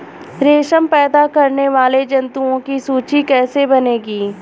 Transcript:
रेशम पैदा करने वाले जंतुओं की सूची कैसे बनेगी?